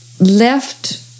left